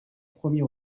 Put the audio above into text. premier